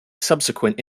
subsequent